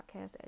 Podcast